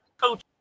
coach